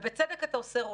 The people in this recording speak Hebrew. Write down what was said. בצדק אתה עושה,